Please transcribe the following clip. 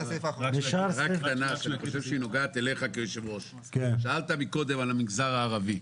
היושב-ראש, שאלת קודם על המגזר הערבי.